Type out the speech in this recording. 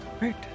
Right